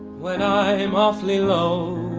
when i'm awfully low.